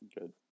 Good